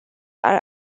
are